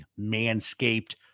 Manscaped